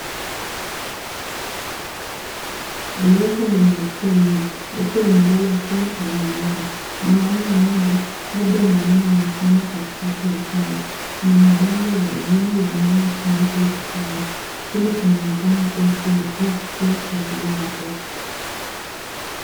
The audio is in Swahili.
Darasa lenye watoto wengi wakiwa wamelala chini kwenye meza. Mwanamume mmoja labda mwalimu amesimama katikati ya chumba. Kuna mabango ya elimu yanayotundikwa ukutani. Chumba kinaonekana kuwa shule au kituo cha kulea watoto.